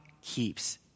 keeps